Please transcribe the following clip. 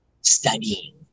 studying